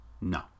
no